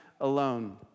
alone